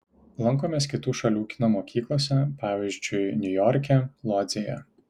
lankomės kitų šalių kino mokyklose pavyzdžiui niujorke lodzėje